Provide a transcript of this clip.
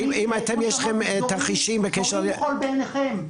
אם יש לכם תרחישים בקשר --- זורים חול בעיניכם.